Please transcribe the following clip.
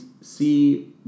see